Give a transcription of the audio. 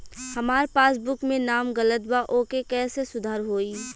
हमार पासबुक मे नाम गलत बा ओके कैसे सुधार होई?